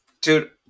Dude